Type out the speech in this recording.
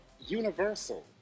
universal